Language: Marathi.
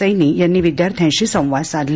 सैनी यांनी विद्यार्थ्यांशी संवाद साधला